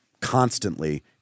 constantly